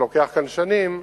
שלוקח כאן שנים,